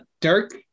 Dirk